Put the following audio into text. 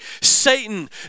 Satan